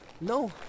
No